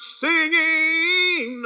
singing